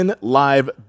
Live